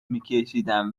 میکشیدم